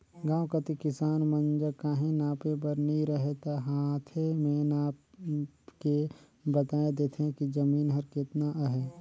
गाँव कती किसान मन जग काहीं नापे बर नी रहें ता हांथे में नाएप के बताए देथे कि जमीन हर केतना अहे